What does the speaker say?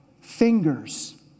Fingers